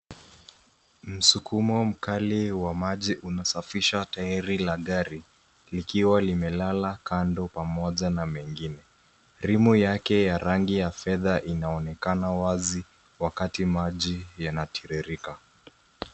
Msukumo mkuli wa maji unasafisha [cs ] tairi [cs ] la gari likiwa limelala kando pamoja na mengine. Rimu yake ya rangi ya fedha inaonekana wazi wakati maji yana tiririka.